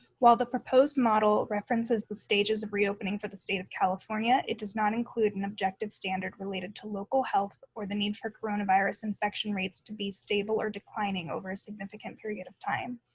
while the proposed model references the stages of reopening for the state of california, it does not include an objective standard related to local health or the need for coronavirus infection rates to be stable or declining over a significant period of time.